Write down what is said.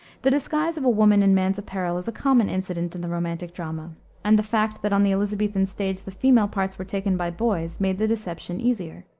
the disguise of a woman in man's apparel is a common incident in the romantic drama and the fact, that on the elisabethan stage the female parts were taken by boys, made the deception easier.